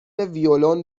ویولن